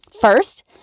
First